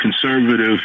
conservative